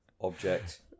object